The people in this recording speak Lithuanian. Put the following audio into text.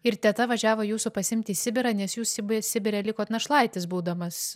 ir teta važiavo jūsų pasiimt į sibirą nes jūs sibe sibire likot našlaitis būdamas